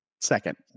second